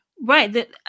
Right